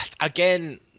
Again